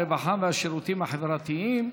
הרווחה והשירותים החברתיים.